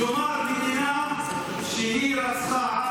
כלומר, מדינה שרצחה עם